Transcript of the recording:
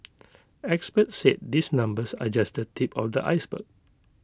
experts said these numbers are just the tip of the iceberg